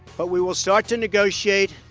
but we will start to negotiate,